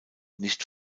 nicht